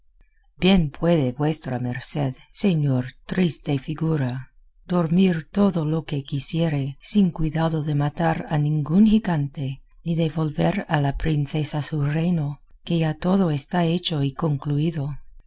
bien puede vuestra merced señor triste figura dormir todo lo que quisiere sin cuidado de matar a ningún gigante ni de volver a la princesa su reino que ya todo está hecho y concluido